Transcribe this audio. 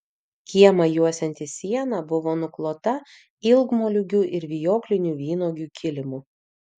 kiemą juosianti siena buvo nuklota ilgmoliūgių ir vijoklinių vynuogių kilimu